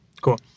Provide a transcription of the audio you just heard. Cool